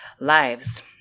lives